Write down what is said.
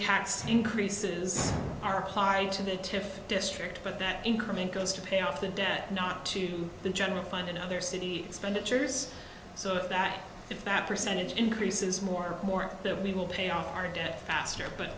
tax increases are applied to the to district but that increment goes to pay off the debt not to the general fund in another city expenditures so that if that percentage increases more more there we will pay off our debt faster but